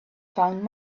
found